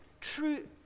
true